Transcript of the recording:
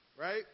Right